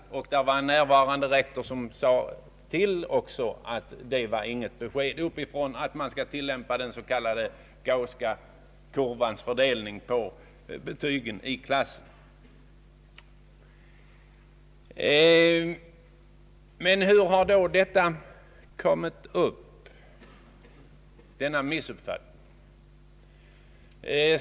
Skolans rektor, som var närvarande, påpekade också att det inte förelåg något besked uppifrån att man skall tillämpa den s.k, gausska kurvans fördelning på betygen i klassen. Men hur har då denna missuppfattning uppstått?